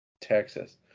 texas